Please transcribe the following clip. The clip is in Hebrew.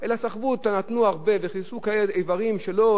נתנו הרבה וכיסו איברים שלא היו חיוניים,